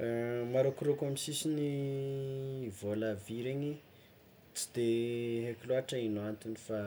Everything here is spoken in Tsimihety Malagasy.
Marôkorôko amy sisin'ny vôla vy regny, tsy de haiko loatra ino antony fa